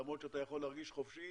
למרות שאתה יכול להרגיש חופשי